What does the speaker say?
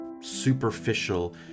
superficial